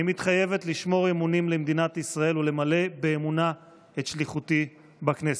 אני מתחייבת לשמור אמונים למדינת ישראל ולמלא באמונה את שליחותי בכנסת.